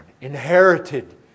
Inherited